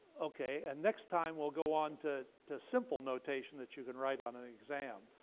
ok, and next time we'll go on to to simple notation that you can write on an exam,